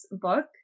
book